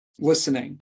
listening